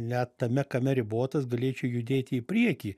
net tame kame ribotas galėčiau judėti į priekį